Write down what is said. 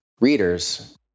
readers